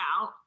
out